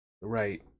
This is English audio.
right